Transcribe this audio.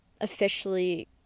officially